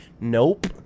Nope